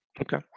okay